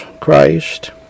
Christ